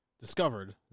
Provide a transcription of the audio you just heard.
discovered